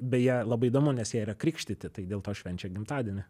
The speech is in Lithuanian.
beje labai įdomu nes jie yra krikštyti tai dėl to švenčia gimtadienį